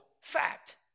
fact